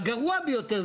הגרוע ביותר,